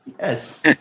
Yes